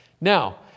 Now